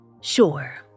Sure